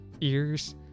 ears